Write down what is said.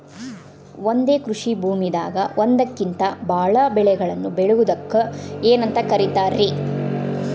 ಒಂದೇ ಕೃಷಿ ಭೂಮಿದಾಗ ಒಂದಕ್ಕಿಂತ ಭಾಳ ಬೆಳೆಗಳನ್ನ ಬೆಳೆಯುವುದಕ್ಕ ಏನಂತ ಕರಿತಾರೇ?